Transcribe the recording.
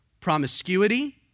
promiscuity